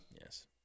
Yes